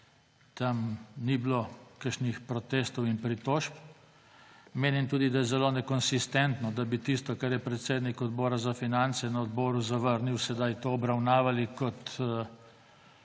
Tam ni bilo kakšnih protestov in pritožb. Menim tudi, da je zelo nekonsistentno, da bi tisto, kar je predsednik Odbora za finance na odboru zavrnil, sedaj obravnavali kot